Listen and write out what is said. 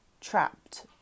Trapped